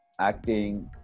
acting